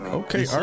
okay